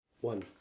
One